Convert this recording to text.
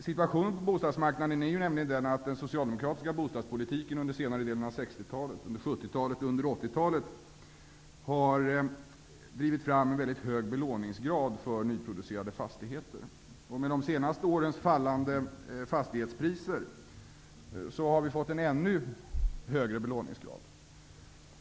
Situationen på bostadsmarknaden är nämligen den att den socialdemokratiska bostadspolitiken under senare delen av 60-talet, under 70-talet och under 80-talet har drivit fram en mycket hög belåningsgrad för nyproducerade fastigheter. Med de senaste årens fallande fastighetspriser har vi fått en ännu högre belåningsgrad.